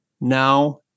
now